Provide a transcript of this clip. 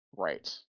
right